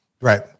Right